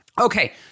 okay